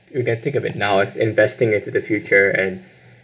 you can think of it now it's investing into the future and